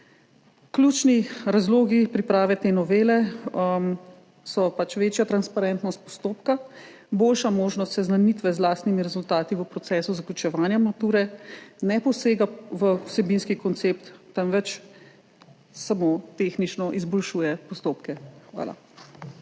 Ključni razlogi priprave te novele so: večja transparentnost postopka, boljša možnost seznanitve z lastnimi rezultati v procesu zaključevanja mature. Ne posega v vsebinski koncept, temveč samo tehnično izboljšuje postopke. Hvala.